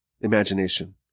imagination